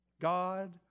God